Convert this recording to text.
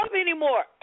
anymore